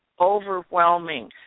overwhelming